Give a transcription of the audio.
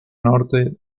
norte